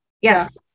Yes